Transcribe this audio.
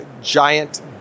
giant